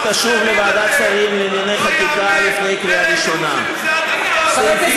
ועדת השרים החליטה שהצעת החוק תקודם בקריאה טרומית,